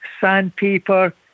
sandpaper